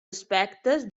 aspectes